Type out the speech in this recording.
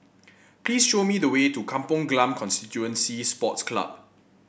please show me the way to Kampong Glam Constituency Sports Club